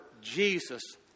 Jesus